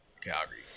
Calgary